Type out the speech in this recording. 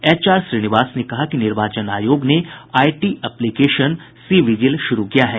H R Srinivas ने कहा कि निर्वाचन आयोग ने I T application C vigil शुरु किया है